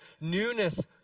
newness